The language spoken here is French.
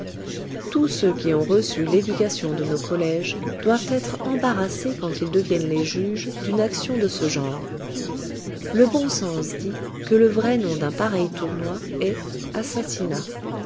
tous ceux qui ont reçu l'éducation de nos collèges doivent être embarrassés quand ils deviennent les juges d'une action de ce genre le bon sens dit que le vrai nom d'un pareil tournoi est assassinat